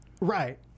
Right